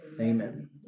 Amen